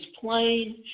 plain